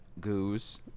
Goose